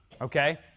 Okay